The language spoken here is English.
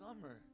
summer